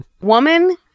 woman